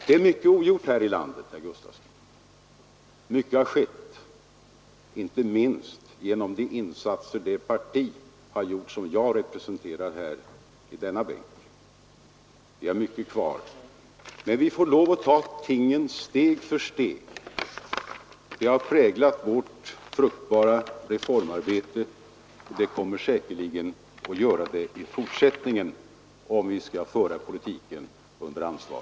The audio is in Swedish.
Det är mycket ogjort här i landet, herr Gustavsson. Mycket har skett, inte minst genom de insatser det parti har gjort som jag representerar. Vi har mycket kvar, men vi får lov att ta tingen steg för steg. Det har präglat vårt fruktbara reformarbete, och det kommer säkerligen att göra det i fortsättningen, om vi skall föra politiken under ansvar.